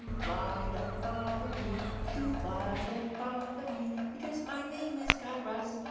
and fly. don't bother me. shoo, fly. don't bother me because my name is guy raz